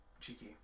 cheeky